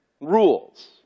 rules